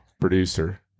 producer